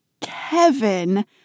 Kevin